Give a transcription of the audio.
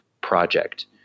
project